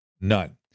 none